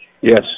Yes